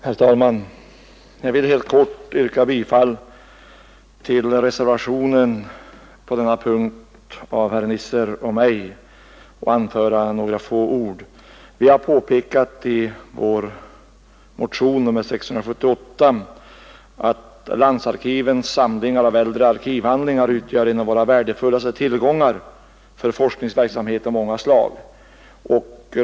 Herr talman! Jag vill helt kort yrka bifall till reservationen vid denna punkt av herr Nisser och mig och anföra några få ord. Vi har i motionen 678 påpekat att landsarkivens samlingar av äldre arkivhandlingar utgör en av våra värdefullaste tillgångar för forskningsverksamhet av många slag.